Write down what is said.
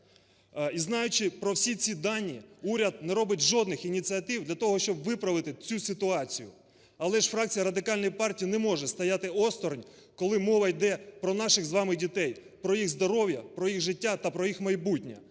І знаючи про всі ці дані, уряд не робить жодних ініціатив для того, щоб виправити цю ситуацію. Але ж фракція Радикальної партії не може стояти осторонь, коли мова йде про наших з вами дітей, про їх здоров'я, про їх життя та про їх майбутнє.